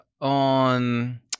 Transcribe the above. on